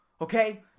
okay